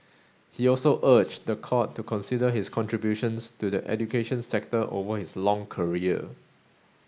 he also urged the court to consider his contributions to the education sector over his long career